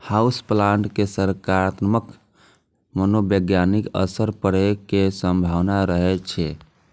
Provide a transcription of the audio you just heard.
house plant के सकारात्मक मनोवैज्ञानिक असर पड़ै के संभावना रहै छै